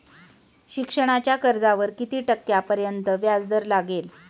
शिक्षणाच्या कर्जावर किती टक्क्यांपर्यंत व्याजदर लागेल?